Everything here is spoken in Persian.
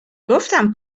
گفتم